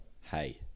Hey